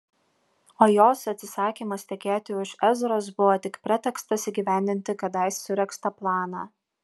o jos atsisakymas tekėti už ezros buvo tik pretekstas įgyvendinti kadais suregztą planą